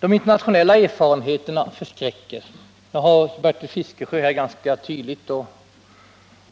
De internationella erfarenheterna förskräcker dock; det har Bertil Fiskesjö här ganska tydligt och